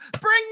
Bring